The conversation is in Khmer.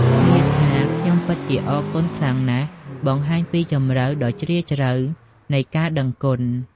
ឃ្លាថា ខ្ញុំពិតជាអរគុណខ្លាំងណាស់ បង្ហាញពីជម្រៅដ៏ជ្រាលជ្រៅនៃការដឹងគុណ។